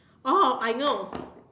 oh I know